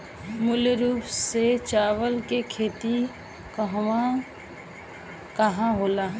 मूल रूप से चावल के खेती कहवा कहा होला?